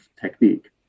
technique